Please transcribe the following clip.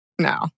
No